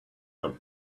them